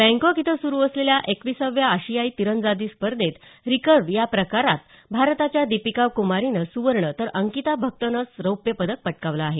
Bangkok इथं सुरु असलेल्या एकवीसाव्या आशियायी तिरंदाजी स्पर्धेत रिकर्व्ह या प्रकारात भारताच्या दीपिका कुमारीनं सुवर्ण तर अंकिता भक्तनं रौप्य पदक पटकावलं आहे